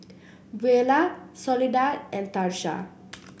Beulah Soledad and Tarsha